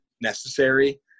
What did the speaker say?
necessary